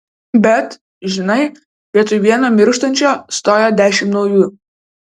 bet žinai vietoj vieno mirštančio stoja dešimt naujų